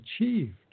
achieved